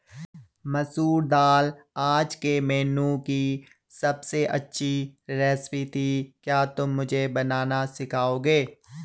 मसूर दाल आज के मेनू की अबसे अच्छी रेसिपी थी क्या तुम मुझे बनाना सिखाओंगे?